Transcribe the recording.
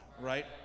right